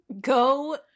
Go